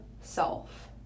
self